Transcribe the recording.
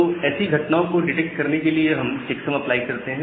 तो ऐसी ही घटनाओं को डिटेक्ट करने के लिए हम चेक्सम अप्लाई करते हैं